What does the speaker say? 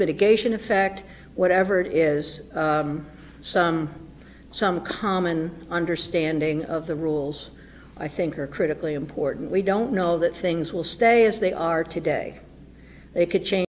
mitigation effect whatever it is some some common understanding of the rules i think are critically important we don't know that things will stay as they are today they could change